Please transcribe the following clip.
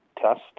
test